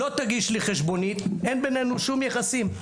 לא תגיש לי חשבונית, אין בינינו שום יחסים.